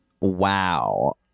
Wow